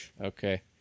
Okay